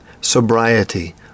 sobriety